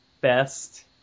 best